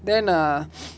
then err